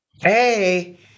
hey